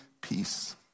peace